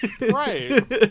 Right